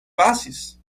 pasis